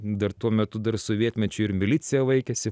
dar tuo metu dar sovietmečiu ir milicija vaikėsi